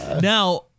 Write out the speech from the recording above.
Now